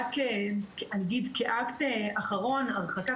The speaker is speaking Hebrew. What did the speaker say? רק אגיד כאקט אחרון הרחקה,